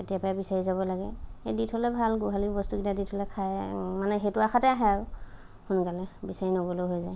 কেতিয়াবা বিচাৰি যাব লাগে দি থলে ভাল গোহালিত বস্তুকেইটা দি থলে খাই আৰু মানে সেইটো আশাতে আহে আৰু সোনকালে বিচাৰি নগ'লেও হৈ যায়